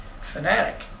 fanatic